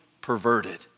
perverted